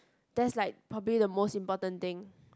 that's like probably the most important thing